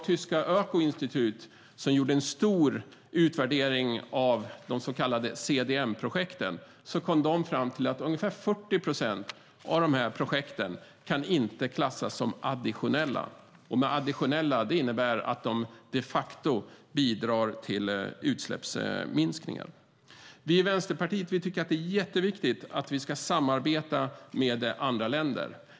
Tyska Öko-Institut gjorde en stor utvärdering av de så kallade CDM-projekten och kom fram till att ungefär 40 procent av projekten inte kan klassas som additionella, och additionella innebär de facto att de bidrar till utsläppsminskningar. Vi i Vänsterpartiet tycker att det är jätteviktigt att vi samarbetar med andra länder.